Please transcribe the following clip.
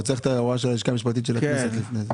אבל צריך את ההוראה של הלשכה המשפטית של הכנסת לפני זה.